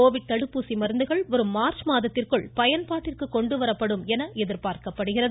Covid தடுப்பூசி மருந்துகள் வரும் மார்ச் மாதத்திற்குள் பயன்பாட்டிற்கு கொண்டு வரப்படும் என எதிர்பார்க்கப்படுகிறது